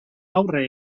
aurre